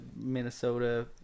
Minnesota